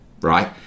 right